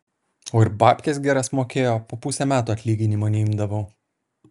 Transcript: o ir babkes geras mokėjo po pusę metų atlyginimo neimdavau